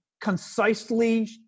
concisely